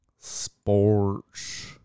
Sports